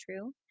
true